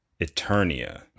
Eternia